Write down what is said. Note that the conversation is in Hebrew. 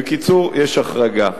בקיצור, יש החרגה.